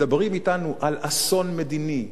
מדברים אתנו על אסון מדיני,